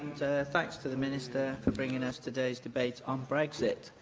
thanks to the minister for bringing us today's debate on brexit.